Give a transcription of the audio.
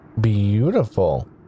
Beautiful